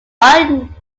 fun